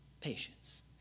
patience